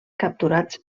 capturats